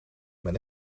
met